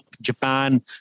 Japan